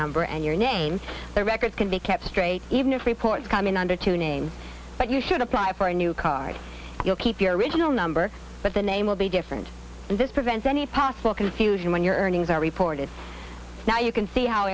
number and your name the records can be kept straight even if reports come in under two names but you should apply for a new card you'll keep your original number but the name will be different and this prevents any possible confusion when your earnings are reported now you can see how